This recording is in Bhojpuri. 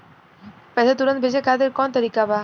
पैसे तुरंत भेजे खातिर कौन तरीका बा?